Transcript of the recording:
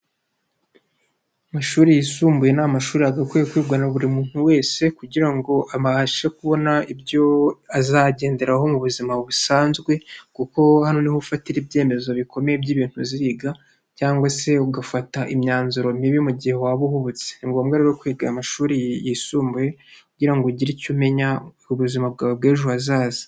Amashuri yisumbuye ni amashuri agakwiye kwigana na buri muntu wese kugira ngo abashe kubona ibyo azagenderaho mu buzima busanzwe kuko niho ufatira ibyemezo bikomeye by'ibintu uziriga cyangwa se ugafata imyanzuro mibi mu mugihe waba uhubutse ngombwa ari kwiga amashuri yisumbuye kugirango ngo ugire icyo umenya ku buzima bwawe bw'ejo hazaza.